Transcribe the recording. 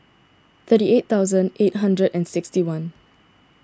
thirty eight thousand eight hundred and sixty one